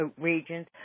regions